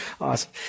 awesome